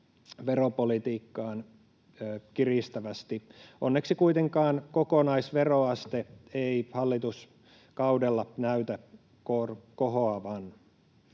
veropolitiikkaan kiristävästi. Onneksi kuitenkaan kokonaisveroaste ei hallituskaudella näytä kohoavan.